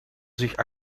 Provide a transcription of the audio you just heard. zich